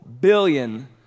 billion